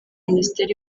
minisiteri